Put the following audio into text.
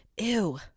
ew